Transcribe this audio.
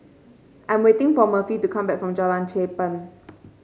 I'm waiting for Murphy to come back from Jalan Cherpen